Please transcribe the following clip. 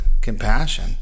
compassion